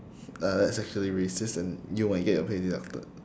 uh that's actually racist and you might get your payday after